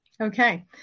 Okay